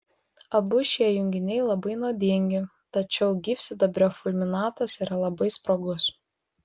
abu šie junginiai labai nuodingi tačiau gyvsidabrio fulminatas yra labai sprogus